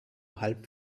halb